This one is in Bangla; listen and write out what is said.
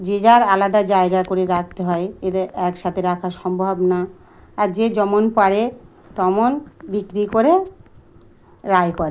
যে যার আলাদা জায়গা করে রাখতে হয় এদের একসাথে রাখা সম্ভব না আর যে যেমন পারে তেমন বিক্রি করে আয় করে